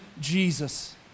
Jesus